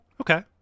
okay